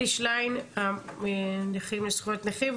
אלי שליין, ארגון הנכים זכויות נכים.